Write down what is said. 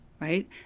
right